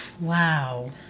wow